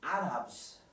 Arabs